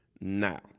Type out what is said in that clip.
now